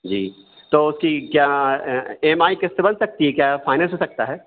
जी तो उसकी क्या ए एम आई किस्त बन सकती है क्या फाइनैन्स हो सकता है